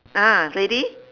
ah ready